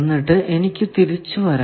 എന്നിട്ട് എനിക്ക് തിരിച്ചു വരാം